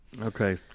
Okay